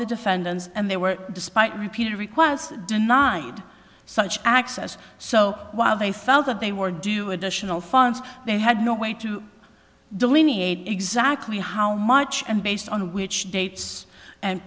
the defendants and they were despite repeated requests deny such access so while they felt that they were due additional funds they had no way to delineate exactly how much and based on which dates and